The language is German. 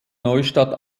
neustadt